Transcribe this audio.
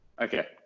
Okay